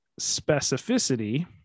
specificity